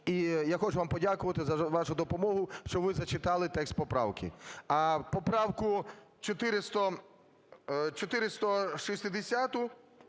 І я хочу вам подякувати за вашу допомогу, що ви зачитали текст поправки. А поправку 460